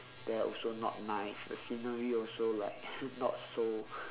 there also not nice the scenery also like not so